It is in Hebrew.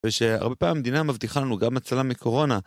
ושהרבה פעמים המדינה מבטיחה לנו גם הצלה מקורונה.